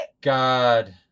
God